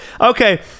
Okay